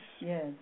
Yes